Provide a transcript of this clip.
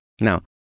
Now